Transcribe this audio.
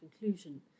conclusion